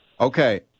Okay